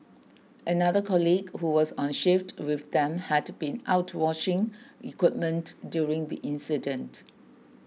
another colleague who was on shift with them had been out washing equipment during the incident